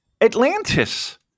Atlantis